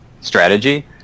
strategy